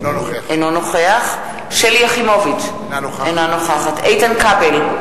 אינו נוכח שלי יחימוביץ, אינה נוכחת איתן כבל,